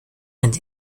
and